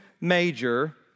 major